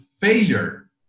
failure